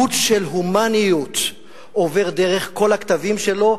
חוט של הומניות עובר דרך כל הכתבים שלו,